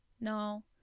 No